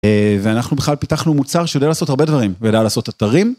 ואנחנו בכלל פיתחנו מוצר שיודע לעשות הרבה דברים, ויודע לעשות אתרים.